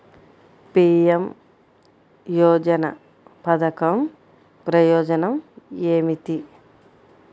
PM యోజన పధకం ప్రయోజనం ఏమితి?